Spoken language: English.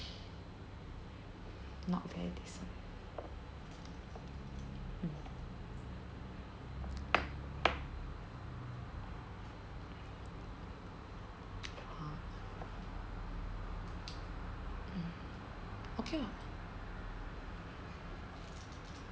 not very decent mm okay lah